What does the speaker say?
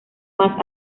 más